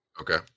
Okay